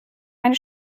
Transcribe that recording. eine